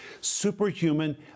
superhuman